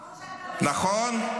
נכון?